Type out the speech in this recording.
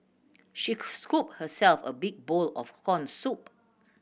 she scooped herself a big bowl of corn soup